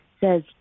says